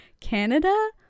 canada